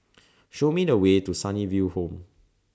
Show Me The Way to Sunnyville Home